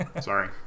Sorry